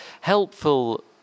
helpful